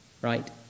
Right